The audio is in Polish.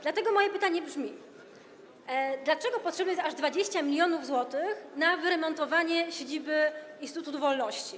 Dlatego moje pytanie brzmi: Dlaczego potrzebne jest aż 20 mln zł na wyremontowanie siedziby instytutu wolności?